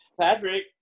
Patrick